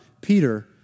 Peter